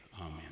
Amen